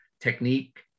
Technique